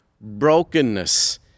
brokenness